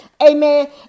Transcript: amen